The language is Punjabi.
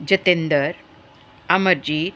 ਜਤਿੰਦਰ ਅਮਰਜੀਤ